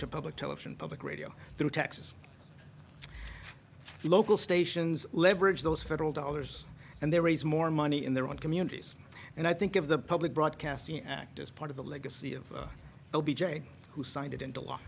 the public television public radio through taxes local stations leverage those federal dollars and they raise more money in their own communities and i think of the public broadcasting act as part of the legacy of l b j who signed it into law